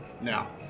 now